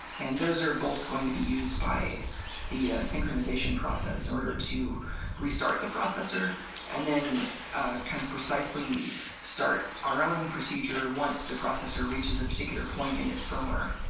and those are both going to be used by the synchronization process in order to restart the processor and then kind of precisely start our own procedure once the processor reaches a particular point in its firmware.